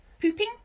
Pooping